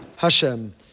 Hashem